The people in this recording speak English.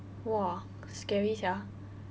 !wah! scary sia